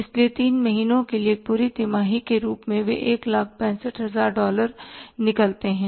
इसलिए तीन महीनों के लिए एक पूरी तिमाही के रूप में वे 165000 डॉलर निकलते हैं